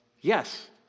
Yes